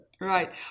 Right